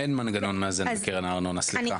אין מנגנון מאזן בקרן הארנונה, סליחה.